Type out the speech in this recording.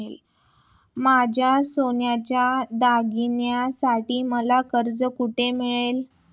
माझ्या सोन्याच्या दागिन्यांसाठी मला कर्ज कुठे मिळेल?